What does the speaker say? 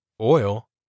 Oil